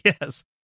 Yes